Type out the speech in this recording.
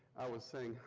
i was saying,